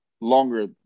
longer